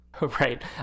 Right